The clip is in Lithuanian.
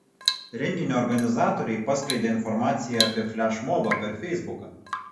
renginio organizatoriai paskleidė informaciją apie flešmobą per feisbuką